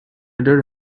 did